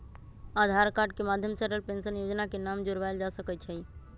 आधार card के माध्यम से अटल पेंशन जोजना में नाम जोरबायल जा सकइ छै